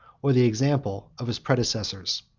or the example of his predecessors.